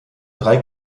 drei